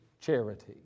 charity